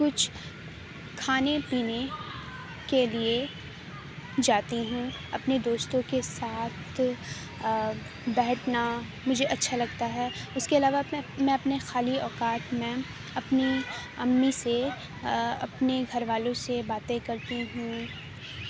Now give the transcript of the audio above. کچھ کھانے پینے کے لیے جاتی ہوں اپنی دوستوں کے ساتھ بیٹھنا مجھے اچھا لگتا ہے اس کے علاوہ اپنے میں اپنے خالی اوقات میں اپنی امی سے اپنے گھر والوں سے باتیں کرتی ہوں